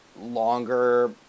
longer